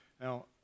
Now